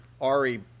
Ari